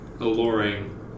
alluring